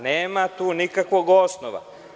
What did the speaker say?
Nema tu nikakvog osnova.